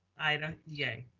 ida, yay.